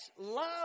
Love